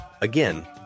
Again